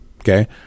okay